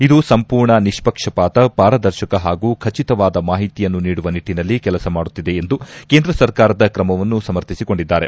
ಇದು ಸಂಪೂರ್ಣ ನಿಸ್ಪಕ್ಷಪಾತ ಪಾರದರ್ಶಕ ಹಾಗೂ ಖಚಿತವಾದ ಮಾಹಿತಿಯನ್ನು ನೀಡುವ ನಿಟ್ಲನಲ್ಲಿ ಕೆಲಸ ಮಾಡುತ್ತಿದೆ ಎಂದು ಕೇಂದ್ರ ಸರ್ಕಾರದ ್ರಮವನ್ನು ಸಮರ್ಥಿಸಿಕೊಂಡಿದ್ದಾರೆ